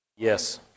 Yes